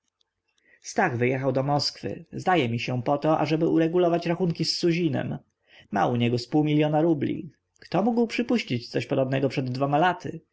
stach wyjechał do moskwy zdaje mi się poto ażeby uregulować rachunki z suzinem ma u niego z pół miliona rubli kto mógł przypuścić coś podobnego przed dwoma laty